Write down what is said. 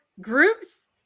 groups